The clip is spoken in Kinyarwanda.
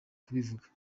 kubivuga